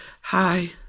hi